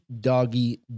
Doggy